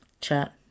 chat